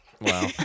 Wow